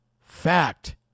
Fact